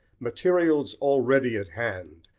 materials already at hand,